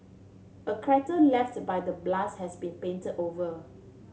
a crater left by the blast has been painted over